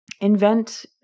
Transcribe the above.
invent